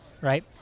right